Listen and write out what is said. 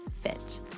fit